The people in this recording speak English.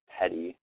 petty